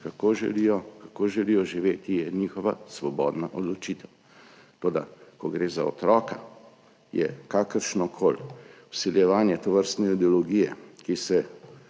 kako želijo živeti, je njihova svobodna odločitev, toda ko gre za otroka, je kakršnokoli vsiljevanje tovrstne ideologije, ki se